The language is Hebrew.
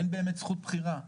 אין באמת זכות בחירה.